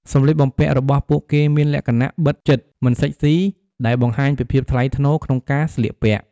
សម្លៀកបំពាក់របស់ពួកគេមានលក្ខណៈបិទជិត មិនស៊ិចស៊ី ដែលបង្ហាញពីភាពថ្លៃថ្នូរក្នុងការស្លៀកពាក់។